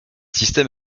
système